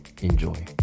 enjoy